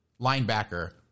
linebacker